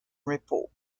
report